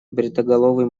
бритоголовый